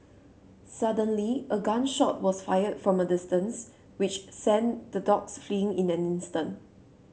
suddenly a gun shot was fired from a distance which sent the dogs fleeing in an instant